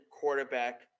quarterback